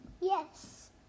Yes